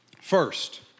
First